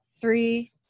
three